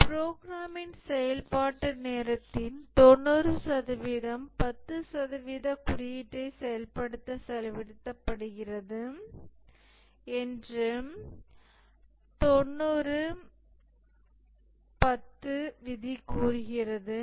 ஒரு ப்ரோக்ராமின் செயல்பாட்டு நேரத்தின் 90 சதவிகிதம் 10 சதவிகித குறியீட்டை செயல்படுத்த செலவிடப்படுகிறது என்று 90 10 விதி கூறுகிறது